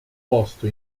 posto